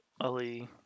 Ali